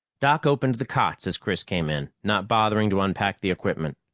doc opened the cots as chris came in, not bothering to unpack the equipment.